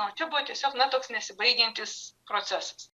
o čia buvo tiesiog na toks nesibaigiantis procesas